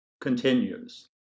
continues